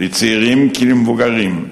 לצעירים כמבוגרים,